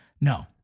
no